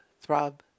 throb